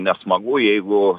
nesmagu jeigu